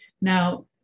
now